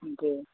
जी